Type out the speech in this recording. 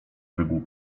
wygłu